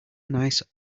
nice